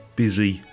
busy